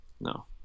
No